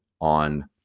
on